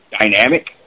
Dynamic